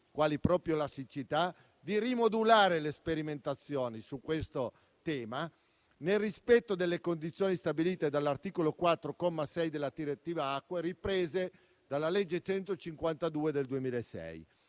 quali proprio la siccità, di rimodulare le sperimentazioni su questo tema, nel rispetto delle condizioni stabilite dall'articolo 4, comma 6, della direttiva acque, riprese dalla legge n. 152 del 2006.